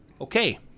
Okay